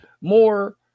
more